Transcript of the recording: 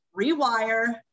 rewire